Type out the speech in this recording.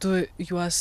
tu juos